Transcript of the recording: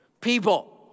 people